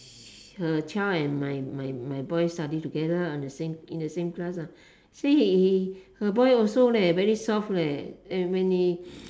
her child and my my my boy study together lah on the same in the same class ah say he her boy also leh very soft leh and when they